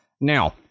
Now